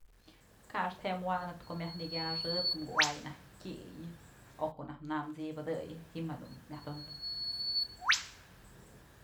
Kaxtë je'e wanëp ko'o myaj nëkyaxëp ko'o kuay najk tyëñyë o ko'o najk namnë t'sibëdëy ji'im jedun myaj tunëp.